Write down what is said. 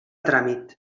tràmit